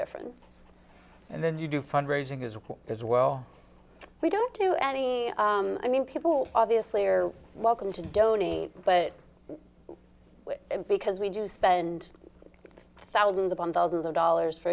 difference and then you do fundraising as well as well we don't do any i mean people obviously are welcome to donate but because we do spend thousands upon thousands of dollars for